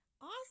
awesome